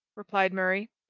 replied murray.